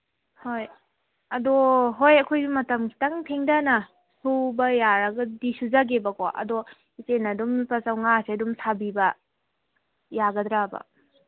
ꯍꯣꯏ ꯑꯗꯣ ꯍꯣꯏ ꯑꯩꯈꯣꯏꯁꯨ ꯃꯇꯝ ꯈꯤꯇꯪ ꯊꯦꯡꯗꯅ ꯁꯨꯕ ꯌꯥꯔꯒꯗꯤ ꯁꯨꯖꯒꯦꯕꯀꯣ ꯑꯗꯣ ꯏꯆꯦꯅ ꯑꯗꯨꯝ ꯂꯨꯄꯥ ꯆꯝꯃꯉꯥꯁꯦ ꯑꯗꯨꯝ ꯁꯥꯕꯤꯕ ꯌꯥꯒꯗ꯭ꯔꯕ